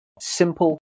simple